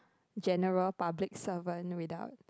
general public servant without